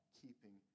keeping